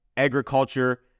agriculture